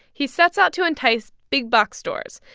he sets out to entice big-box stores.